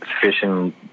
Fishing